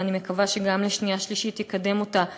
ואני מקווה שגם לשנייה ושלישית הוא יקדם אותה במהירות.